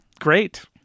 great